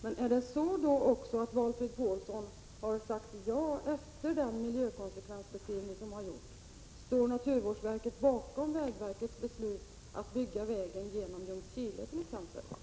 Men är det också så att Valfrid Paulsson har sagt ja efter färdigställandet av den miljökonsekvensbeskrivning som gjorts? Står naturvårdsverket bakom vägverkets beslut att bygga vägen genom Ljungskile t.ex.?